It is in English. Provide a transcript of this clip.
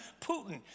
Putin